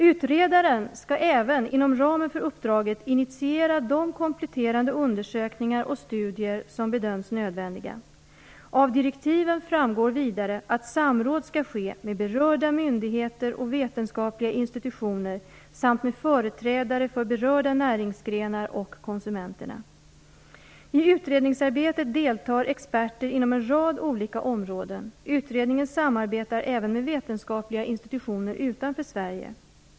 Utredaren skall även inom ramen för uppdraget initiera de kompletterande undersökningar och studier som bedöms nödvändiga. Av direktiven framgår vidare att samråd skall ske med berörda myndigheter och vetenskapliga institutioner samt med företrädare för berörda näringsgrenar och konsumenterna. I utredningsarbetet deltar experter inom en rad olika områden. Utredningen samarbetar även med vetenskapliga institutioner utanför Sverige.